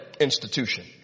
institution